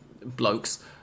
blokes